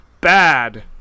Bad